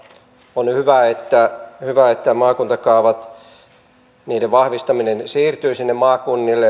on hyvä että maakuntakaavojen vahvistaminen siirtyy sinne maakunnille